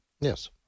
Yes